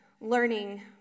learning